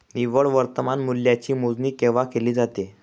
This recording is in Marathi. निव्वळ वर्तमान मूल्याची मोजणी केव्हा केली जाते?